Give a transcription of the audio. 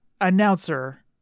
announcer